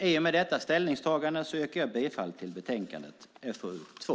I och med detta ställningstagande yrkar jag bifall till förslaget i betänkandet FöU2.